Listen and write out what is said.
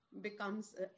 becomes